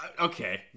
Okay